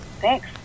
thanks